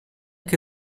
che